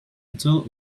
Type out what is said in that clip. until